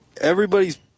everybody's